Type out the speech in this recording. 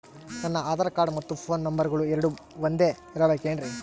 ನನ್ನ ಆಧಾರ್ ಕಾರ್ಡ್ ಮತ್ತ ಪೋನ್ ನಂಬರಗಳು ಎರಡು ಒಂದೆ ಇರಬೇಕಿನ್ರಿ?